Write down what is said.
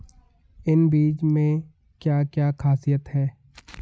इन बीज में क्या क्या ख़ासियत है?